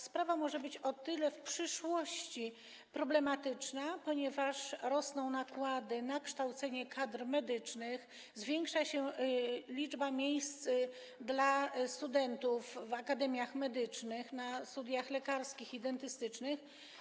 Sprawa może być w przyszłości problematyczna, ponieważ rosną nakłady na kształcenie kadr medycznych, zwiększa się liczba miejsc dla studentów w akademiach medycznych, na studiach lekarskich i dentystycznych.